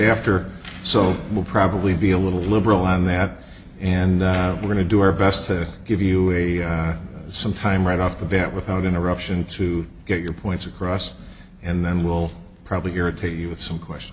after so it will probably be a little liberal on that and we're going to do our best to give you some time right off the bat without interruption to get your points across and then we'll probably hear it to you with some question